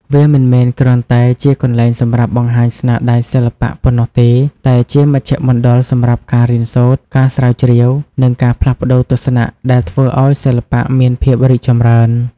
វាមិនមែនគ្រាន់តែជាកន្លែងសម្រាប់បង្ហាញស្នាដៃសិល្បៈប៉ុណ្ណោះទេ តែជាមជ្ឈមណ្ឌលសម្រាប់ការរៀនសូត្រ ការស្រាវជ្រាវ និងការផ្លាស់ប្ដូរទស្សនៈដែលធ្វើឱ្យសិល្បៈមានភាពរីកចម្រើន។